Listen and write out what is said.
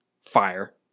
Fire